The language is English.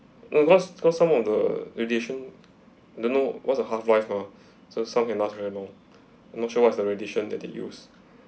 no not because some of the radiation don't know what's the half life ah so some can last very long I'm not sure what's the radiation that they used